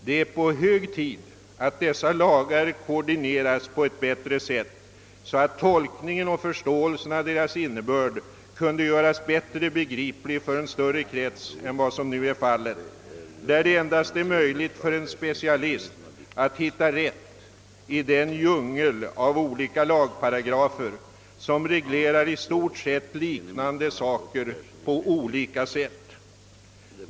Det är hög tid att dessa lagar bättre koordineras, så att deras innebörd kan göras lättare begriplig för en större krets än för närvarande — det är nu endast möjligt för en specialist att hitta rätt i den djungel av lagparagrafer som reglerar i stort sett liknande saker på olika sätt.